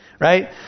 right